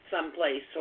someplace